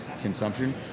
consumption